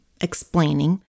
explaining